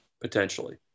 potentially